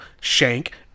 shank